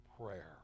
prayer